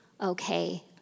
okay